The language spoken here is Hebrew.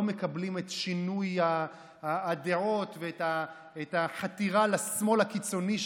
לא מקבלים את שינוי הדעות של ראש הממשלה הזה ואת החתירה לשמאל הקיצוני,